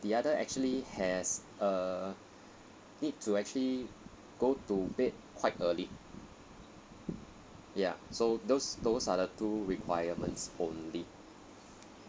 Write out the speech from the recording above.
the other actually has a need to actually go to bed quite early ya so those those are the two requirements only